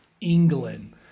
England